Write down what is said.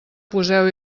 poseu